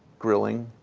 grilling,